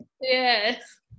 Yes